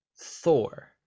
Thor